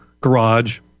garage